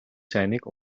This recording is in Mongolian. сайныг